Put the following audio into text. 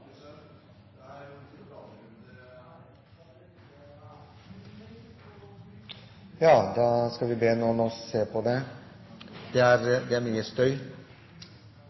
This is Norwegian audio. President! Det er noen som prater under her. Da skal vi be noen om å ta seg av det. Det er mye støy.